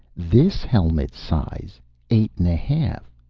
this helmet's size eight and a half.